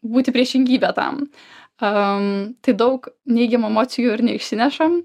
būti priešingybė tam am tai daug neigiamų emocijų ir neišsinešam